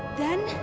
then,